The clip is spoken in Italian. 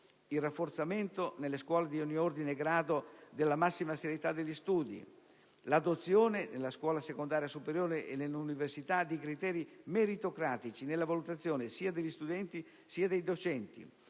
il rafforzamento nelle scuole di ogni ordine e grado della massima serietà degli studi; l'adozione nella scuola secondaria superiore e nell'università di criteri meritocratici nella valutazione sia degli studenti che dei docenti;